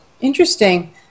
Interesting